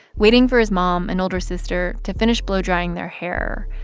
waiting for his mom and older sister to finish blow-drying their hair.